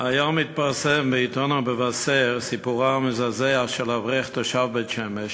היום התפרסם בעיתון "המבשר" סיפורו המזעזע של אברך תושב בית-שמש